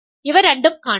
ഇവ രണ്ടും കാണിച്ചു